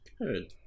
Good